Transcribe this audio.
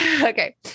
Okay